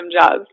jobs